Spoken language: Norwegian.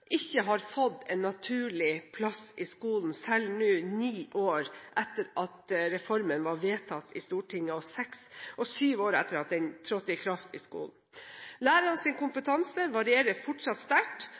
ikke har fått en naturlig plass i skolen, selv nå ni år etter at reformen ble vedtatt i Stortinget og syv år etter at den trådte i kraft i skolen.